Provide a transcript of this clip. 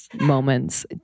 moments